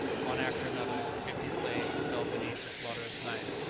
one after another, fifty slaves fell beneath the slaughterous knife,